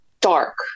dark